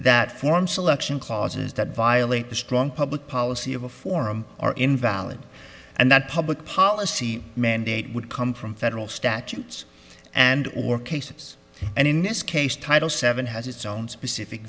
that form selection clauses that violate the strong public policy of a forum or invalid and that public policy mandate would come from federal statutes and or cases and in this case title seven has its own specific